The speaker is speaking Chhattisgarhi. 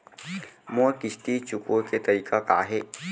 मोर किस्ती चुकोय के तारीक का हे?